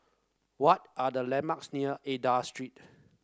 what are the landmarks near Aida Street